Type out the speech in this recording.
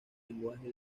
lenguaje